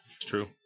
True